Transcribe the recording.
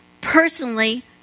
personally